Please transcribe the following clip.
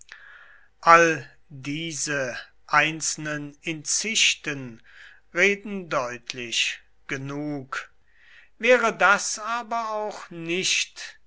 all diese einzelnen inzichten reden deutlich genug wäre das aber auch nicht